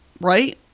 right